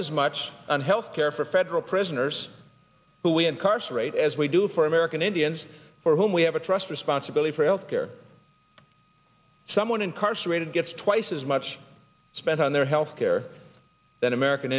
as much on health care for federal prisoners who we incarcerate as we do for american indians for whom we have a trust responsibility for health care someone incarcerated gets twice as much spent on their health care than american